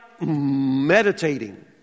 meditating